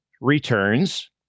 returns